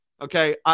Okay